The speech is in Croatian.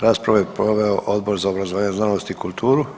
Raspravu je proveo Odbor za obrazovanje, znanost i kulturu.